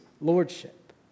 lordship